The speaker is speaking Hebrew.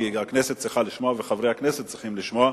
כי הכנסת צריכה לשמוע וחברי הכנסת צריכים לשמוע.